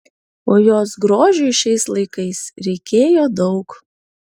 o jos grožiui šiais laikais reikėjo daug